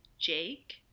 Jake